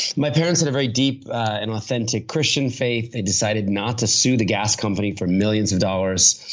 my parents had a very deep and authentic christian faith. they decided not to sue the gas company for millions of dollars.